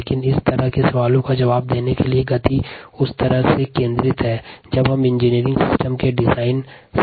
लेकिन इस तरह के सवालों का जवाब देने के लिए गति केन्द्रीय मापदंड है